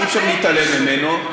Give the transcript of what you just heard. שאי-אפשר להתעלם ממנו,